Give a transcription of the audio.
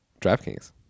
DraftKings